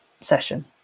session